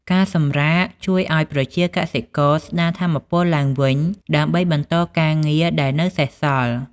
ការសម្រាកជួយឱ្យប្រជាកសិករស្ដារថាមពលឡើងវិញ ដើម្បីបន្តការងារដែលនៅសេសសល់។